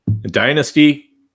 Dynasty